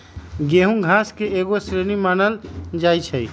गेहूम घास के एगो श्रेणी मानल जाइ छै